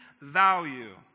value